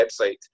website